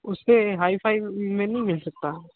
उस पर hi fi में नहीं मिल सकता है